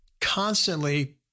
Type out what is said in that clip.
constantly